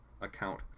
account